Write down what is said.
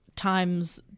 times